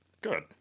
good